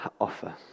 offer